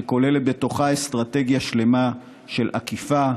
שכוללת בתוכה אסטרטגיה שלמה של אכיפה,